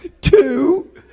two